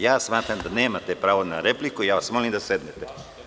Ja smatram da nemate pravo na repliku i molim vas da sednete.